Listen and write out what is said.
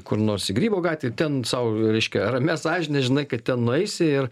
kur nors į grybo gatvėj ten sau reiškia ramia sąžine žinai kad ten nueisi ir